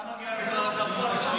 אתה מגיע ממשרד התרבות.